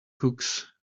cooks